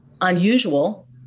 Unusual